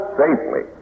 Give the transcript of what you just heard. safely